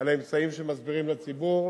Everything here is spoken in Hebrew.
על האמצעים שמסבירים לציבור,